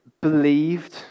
believed